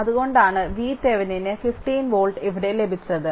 അതുകൊണ്ടാണ് VThevenin ന് 15 volt ഇവിടെ ലഭിച്ചത്